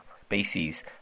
species